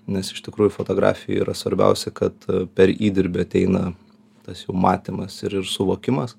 nes iš tikrųjų fotografijoj yra svarbiausia kad per įdirbį ateina tas jų matymas ir ir suvokimas